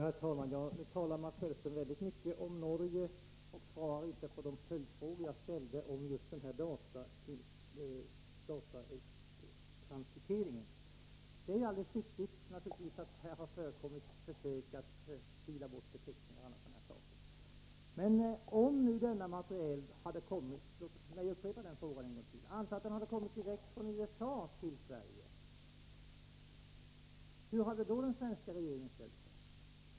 Herr talman! Nu talar Mats Hellström mycket om Norge och svarar inte på de följdfrågor jag ställde om datatransiteringen. Det är naturligtvis alldeles riktigt att här har förekommit försök att fila bort beteckningar osv. Men jag upprepar: Antag att denna materiel hade kommit direkt från USA till Sverige! Hur hade då den svenska regeringen ställt sig?